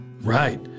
Right